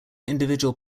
individual